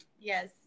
yes